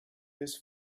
this